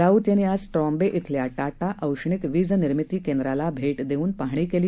राऊत यांनी आज ट्रॅम्बे शिल्या टाटा औष्णिक वीज निर्मिती केंद्राला भेट देऊन पाहणी केली